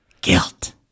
Guilt